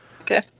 Okay